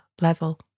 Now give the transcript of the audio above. level